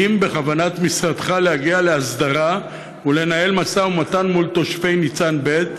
4. האם בכוונת משרדך להגיע להסדרה ולנהל משא ומתן מול תושבי ניצן ב',